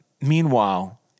meanwhile